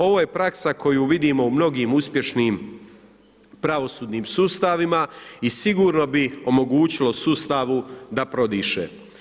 Ovo je praksa koju vidimo u mnogim uspješnim pravosudnim sustavima i sigurno bi omogućilo sustavu da prodiše.